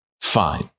Fine